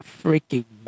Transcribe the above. freaking